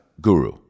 guru